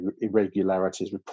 irregularities